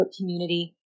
community